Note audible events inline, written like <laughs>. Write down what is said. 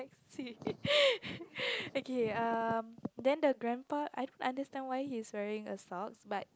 <laughs> okay um then the grandpa I don't understand why he's wearing a sock but